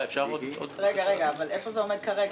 אבל איפה זה עומד כרגע?